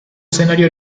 escenario